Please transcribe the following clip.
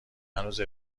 هنوز